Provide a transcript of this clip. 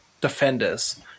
defenders